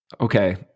okay